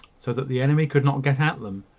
so that the enemy could not get at them!